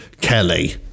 Kelly